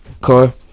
car